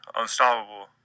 unstoppable